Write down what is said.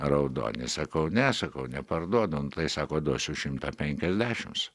raudoni sakau ne sakau neparduodu nu tai sako duosiu šimtą penkiasdešims